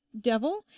devil